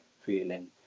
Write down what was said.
feeling